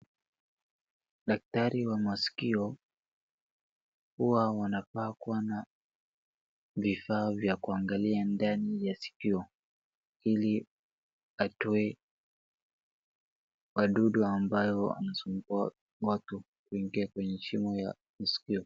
Daktari wa maskio, huwa wanafaa kuwa na vifaa vya kuangalia ndani ya skio, ili adui, wadudu ambayo wanasumbua watu kuingia kwenye shimo ya skio.